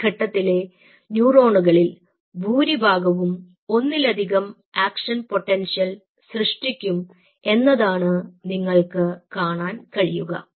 ഈ ഘട്ടത്തിലെ ന്യൂറോണുകളിൽ ഭൂരിഭാഗവും ഒന്നിലധികം ആക്ഷൻ പൊട്ടൻഷ്യൽ സൃഷ്ടിക്കും എന്നതാണ് നിങ്ങൾക്ക് കാണാൻ കഴിയുക